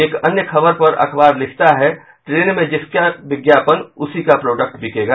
एक अन्य खबर पर अखबार लिखता है ट्रेन में जिसका विज्ञापन उसी का प्रोडक्ट बिकेगा